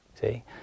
see